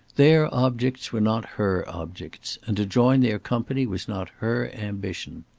their objects were not her objects, and to join their company was not her ambition.